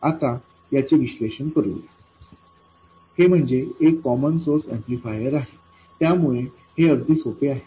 आता याचे विश्लेषण करूया हे म्हणजे एक कॉमन सोर्स ऍम्प्लिफायर आहे त्यामुळे हे अगदी सोपे आहे